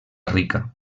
rica